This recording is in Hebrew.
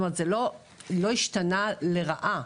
זה לא השתנה לרעה,